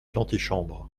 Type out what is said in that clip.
l’antichambre